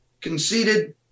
conceded